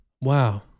Wow